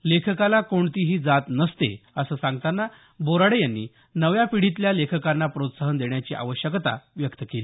लेखकाला कोणतीही जात नसते असं सांगताना बोराडे यांनी नव्या पीढीतल्या लेखकांना प्रोत्साहन देण्याची आवश्यकता व्यक्त केली